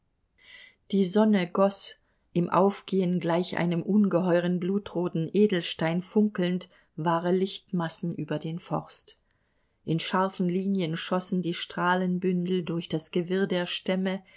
die sonne goß im aufgehen gleich einem ungeheuren blutroten edelstein funkelnd wahre lichtmassen über den forst in scharfen linien schossen die strahlenbündel durch das gewirr der stämme